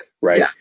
right